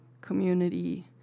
community